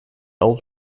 old